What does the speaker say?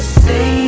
say